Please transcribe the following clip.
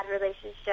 relationship